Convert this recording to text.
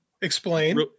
explain